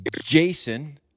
Jason